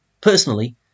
personally